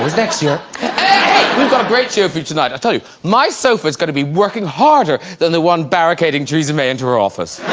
next year we've got a great show for you tonight i tell you my sofa is gonna be working harder than the one barricading treasom a into her office